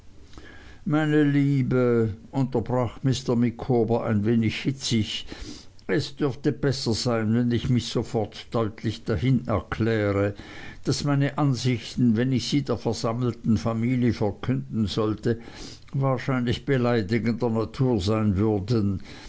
meine liebe unterbrach mr micawber ein wenig hitzig es dürfte besser sein wenn ich mich sofort deutlich dahin erkläre daß meine ansichten wenn ich sie der versammelten familie verkünden sollte wahrscheinlich beleidigender natur sein würden